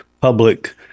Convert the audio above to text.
public